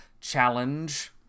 challenge